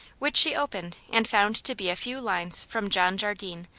which she opened and found to be a few lines from john jardine,